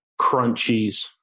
crunchies